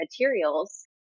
materials